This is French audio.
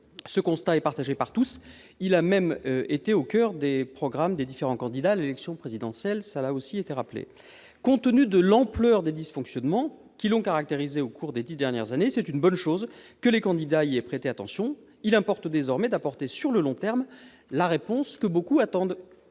Ce constat est partagé par tous ; il a même été au coeur des programmes des différents candidats à l'élection présidentielle, ce point ayant également été rappelé. Compte tenu de l'ampleur des dysfonctionnements qui l'ont caractérisé au cours des dix dernières années, c'est une bonne chose que les candidats y aient prêté attention. Il importe désormais d'apporter sur le long terme la réponse que beaucoup attendent.